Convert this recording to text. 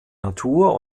natur